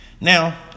Now